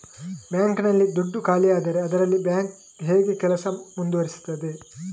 Bank ನಲ್ಲಿ ದುಡ್ಡು ಖಾಲಿಯಾದರೆ ಅದರಲ್ಲಿ ಬ್ಯಾಂಕ್ ಹೇಗೆ ಕೆಲಸ ಮುಂದುವರಿಸುತ್ತದೆ?